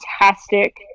fantastic